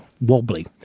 wobbly